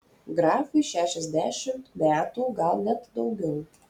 grafui šešiasdešimt metų gal net daugiau